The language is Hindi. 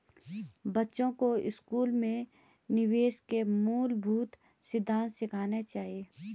बच्चों को स्कूल में निवेश के मूलभूत सिद्धांत सिखाने चाहिए